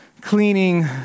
cleaning